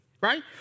right